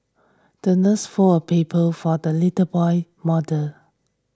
the nurse folded a paper for the little boy model